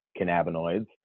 cannabinoids